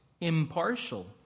impartial